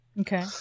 okay